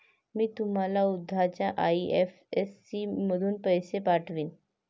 मी तुम्हाला उद्याच आई.एफ.एस.सी मधून पैसे पाठवीन